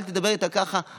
אל תדבר איתה ככה,